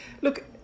look